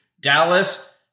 Dallas